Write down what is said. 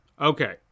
Okay